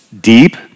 deep